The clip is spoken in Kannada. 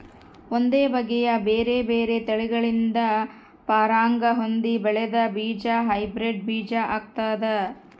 ಒಂದೇ ಬಗೆಯ ಬೇರೆ ಬೇರೆ ತಳಿಗಳಿಂದ ಪರಾಗ ಹೊಂದಿ ಬೆಳೆದ ಬೀಜ ಹೈಬ್ರಿಡ್ ಬೀಜ ಆಗ್ತಾದ